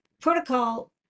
protocol